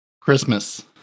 Christmas